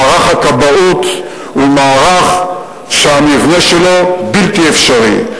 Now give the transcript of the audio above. מערך הכבאות הוא מערך שהמבנה שלו בלתי אפשרי,